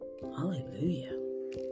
Hallelujah